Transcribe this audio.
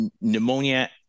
pneumonia